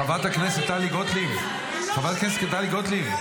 חברת הכנסת טלי גוטליב, חברת הכנסת טלי גוטליב.